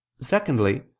secondly